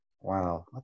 Wow